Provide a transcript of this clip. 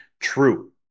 true